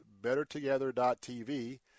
BetterTogether.tv